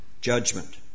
judgment